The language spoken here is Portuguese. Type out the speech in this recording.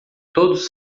todos